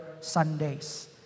Sundays